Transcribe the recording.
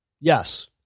Yes